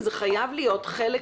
זה חייב להיות חלק